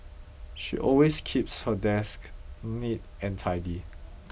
she always keeps her desk neat and tidy